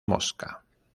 mosca